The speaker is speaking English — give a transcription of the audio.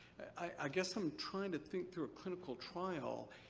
i guess i'm trying to think through a clinical trial.